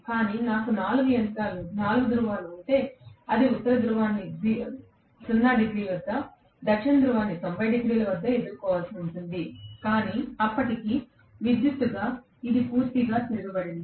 కానీ నాకు 4 ధ్రువాలు ఉంటే అది ఉత్తర ధ్రువాన్ని 0 డిగ్రీల వద్ద దక్షిణ ధ్రువాన్ని 90 డిగ్రీల వద్ద ఎదుర్కోవలసి ఉంటుంది కాని అప్పటికి విద్యుత్తుగా ఇది పూర్తిగా తిరగబడింది